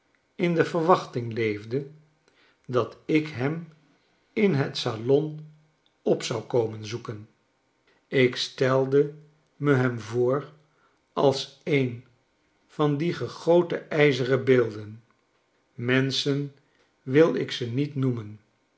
in de verwachting leefde dat ik hem in het salon op zou komen zoeken ik stelde me hem voor als een van die gegoten ijzeren beelden menschen wil ik ze niet